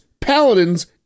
paladins